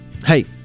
Hey